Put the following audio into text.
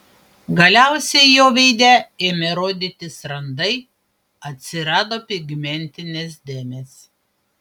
galiausiai jo veide ėmė rodytis randai atsirado pigmentinės dėmės